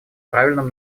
правильном